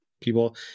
people